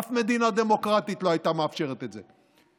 אף מדינה דמוקרטית לא הייתה מאפשרת את זה.